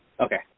Okay